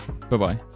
Bye-bye